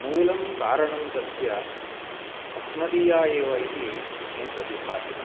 मूलं कारणं तस्य अस्मदीया एव इति मे प्रतिभाति